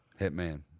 Hitman